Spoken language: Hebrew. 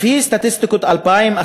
לפי סטטיסטיקות של 2011,